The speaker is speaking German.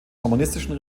kommunistischen